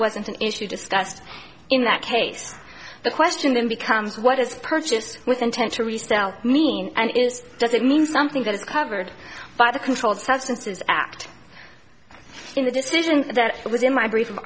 wasn't an issue discussed in that case the question then becomes what is purchased with intent to resell meaning and is does it mean something that is covered by the controlled substances act in the decision that was in my brief